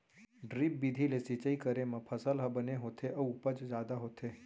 drip बिधि ले सिंचई करे म फसल ह बने होथे अउ उपज जादा होथे